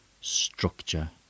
structure